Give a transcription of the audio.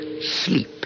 Sleep